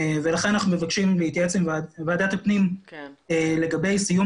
לכן אנחנו מבקשים להתייעץ עם ועדת הפנים לגבי סיום